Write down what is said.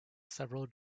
several